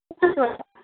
पचासवटा